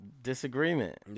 Disagreement